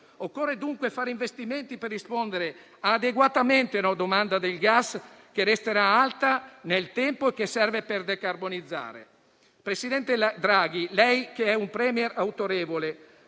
Occorre dunque fare investimenti per rispondere adeguatamente alla domanda del gas, che resterà alta nel tempo e serve per decarbonizzare. Presidente Draghi, lei che è un *premier* autorevole,